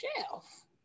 shelf